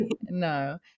No